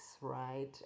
right